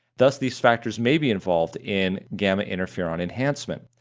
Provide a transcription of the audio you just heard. thus, these factors may be involved in gamma interferon enhancement.